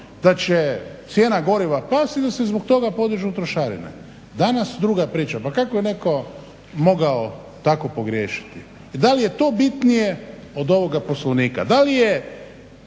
da će cijena goriva pasti i da se zbog toga podižu trošarine, danas druga priča. Pa kako je netko mogao tako pogriješiti i da li je to bitnije od ovoga Poslovnika. Da li je